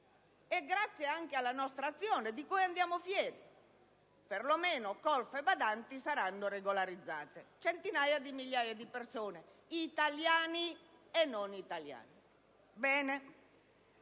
grazie anche alla nostra azione, di cui andiamo fieri, perlomeno colf e badanti saranno regolarizzate: dunque, centinaia di migliaia di persone, italiani e non italiani.